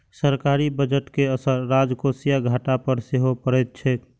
सरकारी बजट के असर राजकोषीय घाटा पर सेहो पड़ैत छैक